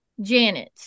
Janet